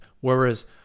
whereas